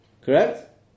Correct